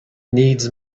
needs